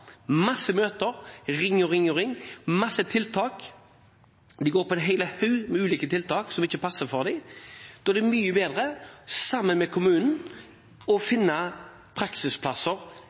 masse møter, på masse oppringninger, på masse tiltak. De går på en hel haug med ulike tiltak som ikke passer for dem. Da er det mye bedre, sammen med kommunen, å finne praksisplasser.